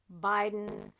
Biden